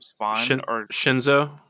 Shinzo